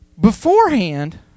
Beforehand